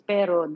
Pero